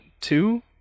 two